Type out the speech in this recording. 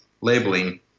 labeling